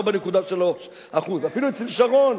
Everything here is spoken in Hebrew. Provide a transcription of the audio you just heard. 4.3%. אפילו אצל שרון,